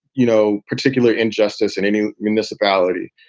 you know, particular injustice in any municipality.